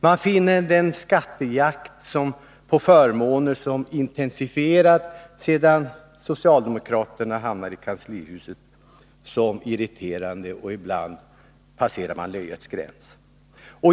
Man finner den skattejakt på förmåner som intensifierats sedan socialdemokraterna hamnade i kanslihuset irriterande, och ibland passeras löjets gräns.